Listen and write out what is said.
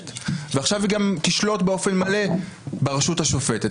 ועכשיו היא גם תשלוט באופן מלא ברשות השופטת.